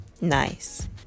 nice